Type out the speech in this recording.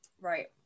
Right